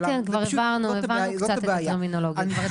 זו הבעיה.